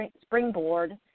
springboard